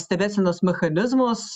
stebėsenos mechanizmus